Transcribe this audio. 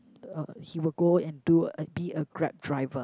uh he will go and do uh be a Grab driver